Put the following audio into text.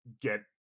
get